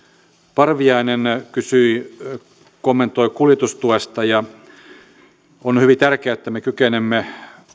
parviainen kysyi ja kommentoi kuljetustuesta on hyvin tärkeää että me kykenemme